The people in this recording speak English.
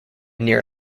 near